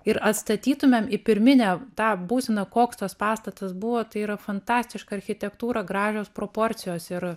ir atstatytumėm į pirminę tą būseną koks tas pastatas buvo tai yra fantastiška architektūra gražios proporcijos ir